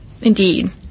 Indeed